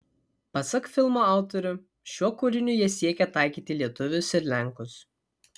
pasak filmo autorių šiuo kūriniu jie siekė taikyti lietuvius ir lenkus